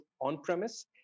on-premise